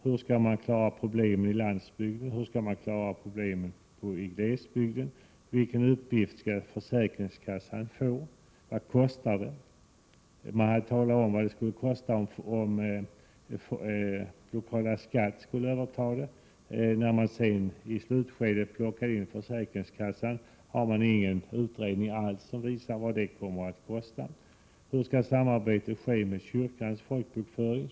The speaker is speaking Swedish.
Hur skall man klara problemen på landsbygden och i glesbygden? Vilken uppgift skall försäkringskassan få? Vad kostar detta? Man hade talat om vad det kostade om lokala skattemyndigheten skulle överta folkbokföringen, men när i slutskedet försäkringskassan plockades in fanns det ingen utredning som visade vad det skulle kosta. Hur skall samarbetet ske med kyrkans folkbokföring?